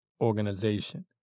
Organization